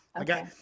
Okay